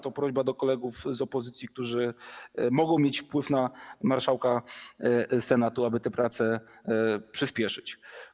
To prośba do kolegów z opozycji, którzy mogą mieć wpływ na marszałka Senatu, aby te prace przyspieszyć.